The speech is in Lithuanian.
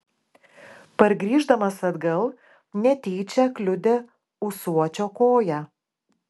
pargrįždamas atgal netyčia kliudė ūsuočio koją